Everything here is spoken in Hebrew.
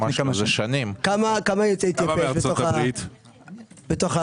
כמה יוצאי אתיופיה בממתינים?